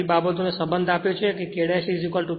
આ બધી બાબતોનો સંબંધ આપ્યો છે કે કે K K 1